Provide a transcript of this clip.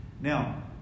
Now